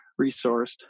resourced